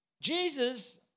Jesus